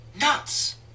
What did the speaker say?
nuts